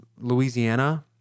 Louisiana